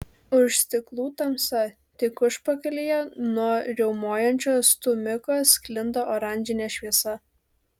už stiklų tamsa tik užpakalyje nuo riaumojančio stūmiko sklinda oranžinė šviesa